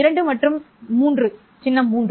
2 மற்றும் சின்னம் 3